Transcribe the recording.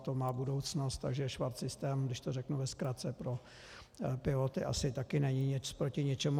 To má budoucnost, takže švarcsystém, když to řeknu ve zkratce, pro piloty asi také není nic proti ničemu.